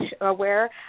aware